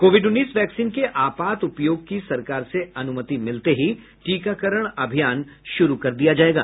Covid उन्नीस vaccine के आपात उपयोग की सरकार से अनुमति मिलते ही टीकाकरण अभियान शुरू कर दिया जाएगा